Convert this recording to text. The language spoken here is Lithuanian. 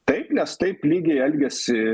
taip nes taip lygiai elgiasi